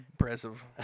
impressive